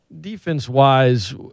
defense-wise